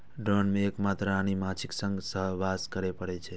drone कें एक मात्र रानी माछीक संग सहवास करै पड़ै छै